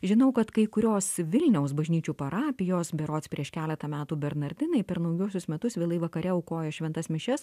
žinau kad kai kurios vilniaus bažnyčių parapijos berods prieš keletą metų bernardinai per naujuosius metus vėlai vakare aukoja šventas mišias